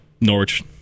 Norwich